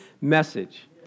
message